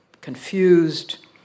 confused